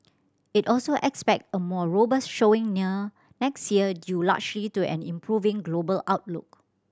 it also expect a more robust showing next year due largely to an improving global outlook